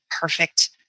perfect